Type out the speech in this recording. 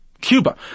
Cuba